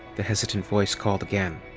the hesitant voice called again.